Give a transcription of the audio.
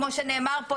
כמו שנאמר כאן,